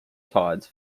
tides